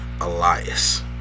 Elias